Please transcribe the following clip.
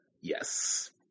Yes